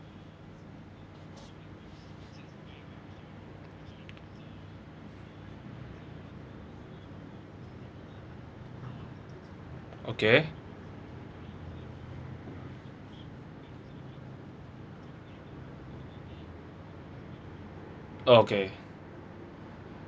okay okay